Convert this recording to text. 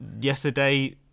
Yesterday